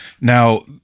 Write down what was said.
now